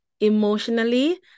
emotionally